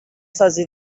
سازی